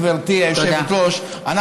גברתי היושבת-ראש.